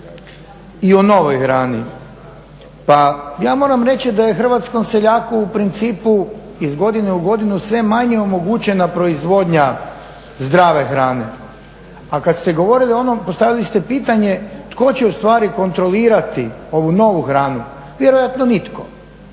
i o novoj hrani. Pa ja moram reći da je hrvatskom seljaku u principu iz godine u godinu sve manje omogućena proizvodnja zdrave hrane, a kad ste govorili o onom, postavili ste pitanje tko će u stvari kontrolirati ovu novu hranu. Vjerojatno nitko,